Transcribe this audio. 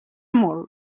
molt